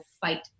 fight